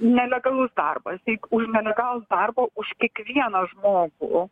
nelegalus darbas eik už nelegalų darbą už kiekvieną žmogų o